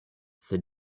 sed